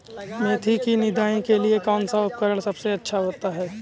मेथी की निदाई के लिए कौन सा उपकरण सबसे अच्छा होता है?